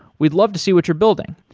we'd love to see what your building.